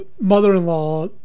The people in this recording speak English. mother-in-law